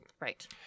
Right